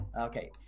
okay